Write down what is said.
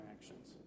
actions